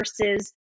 versus